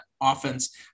offense